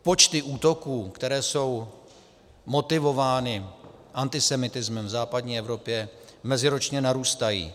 Počty útoků, které jsou motivovány antisemitismem, v západní Evropě meziročně narůstají.